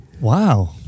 Wow